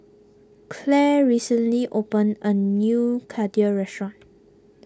Clare recently opened a new Kheer restaurant